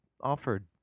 offered